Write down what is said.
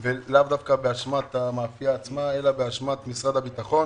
דווקא באשמת המאפייה עצמה אלא באשמת משרד הביטחון